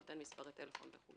נותן מספרי טלפון וכו',